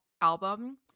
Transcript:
album